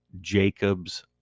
Jacob's